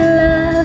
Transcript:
love